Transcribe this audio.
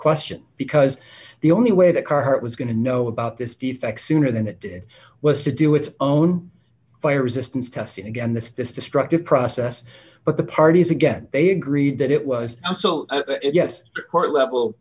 question because the only way the current was going to know about this defect sooner than it did was to do its own fire resistance testing again this this destructive process but the parties again they agreed that it was so yes